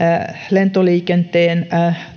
lentoliikenteen